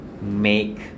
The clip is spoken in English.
make